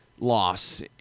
loss